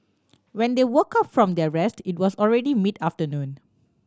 when they woke up from their rest it was already mid afternoon